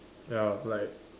ya like